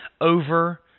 over